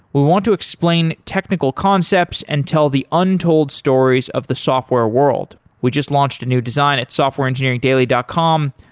we want to explain technical concepts and tell the untold stories of the software world. we just launched a new design at softwareengineeringdaily dot com,